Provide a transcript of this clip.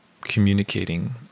communicating